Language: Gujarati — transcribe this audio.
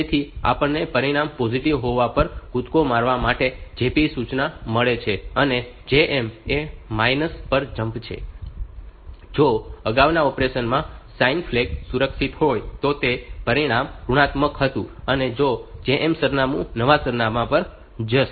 તેથી આપણને પરિણામ પોઝિટિવ હોવા પર કૂદકો મારવા માટે JP સૂચના મળી છે અને JM એ માઇનસ પર જમ્પ છે અને જો અગાઉના ઑપરેશન માં સાઇન ફ્લેગ સુરક્ષિત હોય તો તેનું પરિણામ ઋણાત્મક હતું અને તો આ JM સરનામું એ નવા સરનામા પર જશે